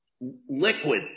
liquid